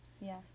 Yes